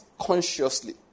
consciously